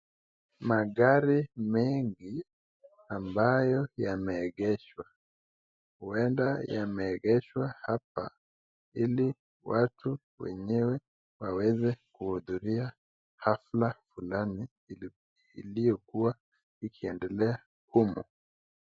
Magari mengi ambayo yameegeshwa, huenda yameegeshwa hapa ili watu wenyewe maweze kuhudhuria hafla fulani iliyokuwa ikiendelea humo.